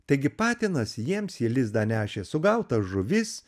taigi patinas jiems į lizdą nešė sugautas žuvis